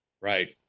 Right